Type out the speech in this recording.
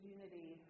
Unity